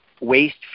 waste